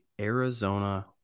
Arizona